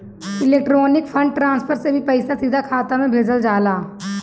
electronic fund transfer से भी पईसा सीधा खाता में भेजल जाला